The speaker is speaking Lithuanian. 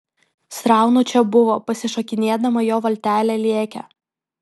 sraunu čia buvo pasišokinėdama jo valtelė lėkė